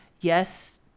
Yes